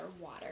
water